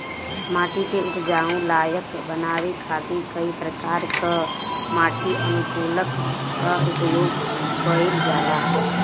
माटी के उपजाऊ लायक बनावे खातिर कई प्रकार कअ माटी अनुकूलक कअ उपयोग कइल जाला